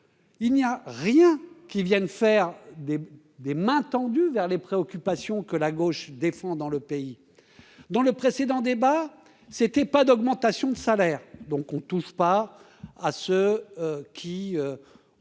Il n'y a rien qui viennent faire des des mains tendues vers les préoccupations que la gauche défend dans le pays dans le précédent débat c'était pas d'augmentation de salaire donc on touche pas à ceux qui,